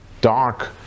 dark